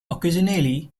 occasionally